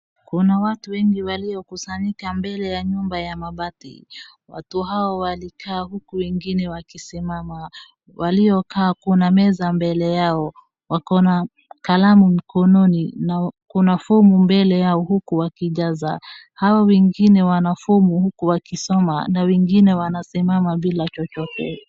Kuna watu wengi waliokusanyika mbele ya nyumba ya mabati. Watu hao walikaa uku wengine wakisimama. Waliokaa kuna meza mbele yao, wakona kalamu mkononi na kuna fomu mbele yao uku wakijaza. Hao wengine wana fomu uku wakisoma na wengine wanasimama bila chochote.